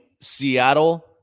Seattle